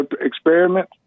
experiment